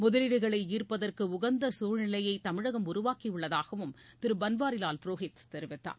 முதலீடுகளை ஈர்ப்பதற்கு உகந்த சூழ்நிலையை தமிழகம் உருவாக்கியுள்ளதாகவும் திரு பன்வாரிலால் புரோஹித் தெரிவித்தார்